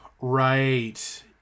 right